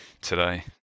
today